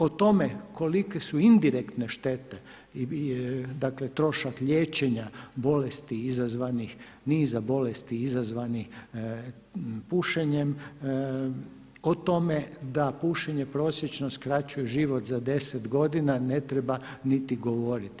O tome koliko su indirektne štete, dakle trošak liječenja bolesti izazvanih niza bolesti izazvanih pušenjem o tome da pušenje prosječno skraćuje život za deset godina, ne treba niti govoriti.